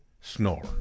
snore